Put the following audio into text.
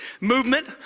movement